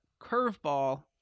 Curveball